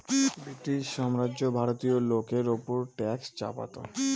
British সাম্রাজ্য ভারতীয় লোকের ওপর ট্যাক্স চাপাতো